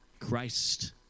Christ